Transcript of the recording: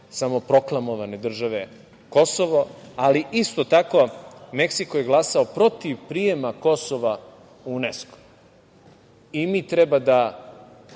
samoproklamovane države Kosovo, ali isto tako Meksiko je glasao protiv prijema Kosova u UNESKO. Mi treba da